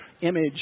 image